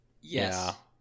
Yes